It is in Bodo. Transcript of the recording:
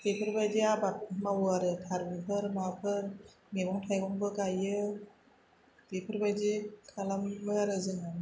बेफोरबायदि आबाद मावो आरो थारुनफोर माफोर मैगं थाइगंबो गायो बेफोर बायदि खालामो आरो जोङो